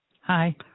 Hi